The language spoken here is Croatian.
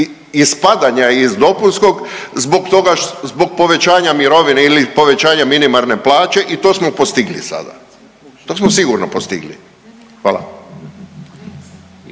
ispadanja iz dopunskog zbog toga zbog povećanja mirovine ili povećanja minimalne plaće i to smo postigli sada, to smo sigurno postigli. Hvala.